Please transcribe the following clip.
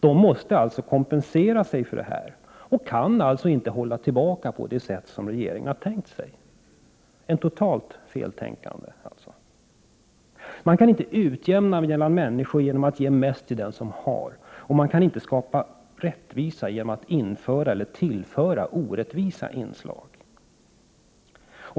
De måste alltså kompensera sig för detta och kan inte hålla tillbaka på det sätt som regeringen har tänkt sig. Det är ett totalt feltänkande. Man kan inte utjämna mellan människor genom att ge mest till den som har. Man kan inte skapa rättvisa genom att tillföra orättvisa inslag.